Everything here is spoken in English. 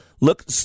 Look